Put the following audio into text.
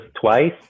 twice